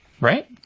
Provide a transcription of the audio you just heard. Right